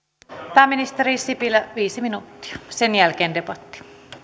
pääministeri sipilä viisi minuuttia sen jälkeen debatti